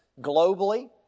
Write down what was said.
globally